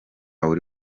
buri